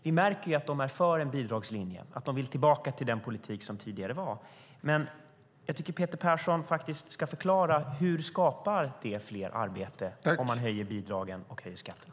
Vi märker att de är för en bidragslinje och vill tillbaka till den politik som tidigare var. Jag tycker att Peter Persson ska förklara hur det skapar fler arbeten om man ökar bidragen och höjer skatterna.